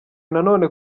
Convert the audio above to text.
nanone